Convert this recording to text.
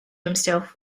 himself